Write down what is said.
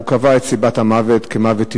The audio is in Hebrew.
וקבע שסיבת המוות היא מוות טבעי.